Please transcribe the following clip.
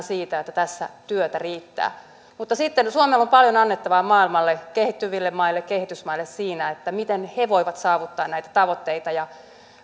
siitä että tässä työtä riittää mutta sitten suomella on paljon annettavaa maailmalle kehittyville maille ja kehitysmaille siinä miten he voivat saavuttaa näitä tavoitteita ja